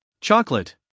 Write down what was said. chocolate